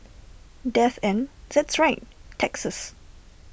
death and that's right taxes